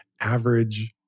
average